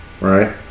right